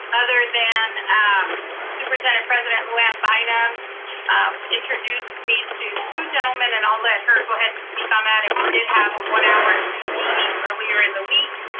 other than um superintendent-president lou anne bynum introduced me to two gentlemen, and i'll let her go ahead and speak on that, and we did have a one hour zoom meeting earlier in the week.